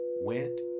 went